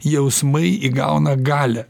jausmai įgauna galią